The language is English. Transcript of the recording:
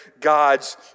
God's